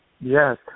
Yes